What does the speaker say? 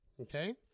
okay